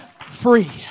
free